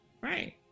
right